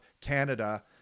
Canada